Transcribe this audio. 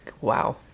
Wow